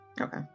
Okay